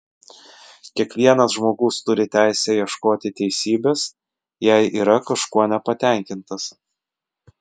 kiekvienas žmogus turi teisę ieškoti teisybės jei yra kažkuo nepatenkintas